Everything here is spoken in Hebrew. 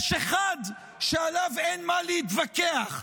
יש אחד שעליו אין מה להתווכח,